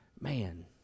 man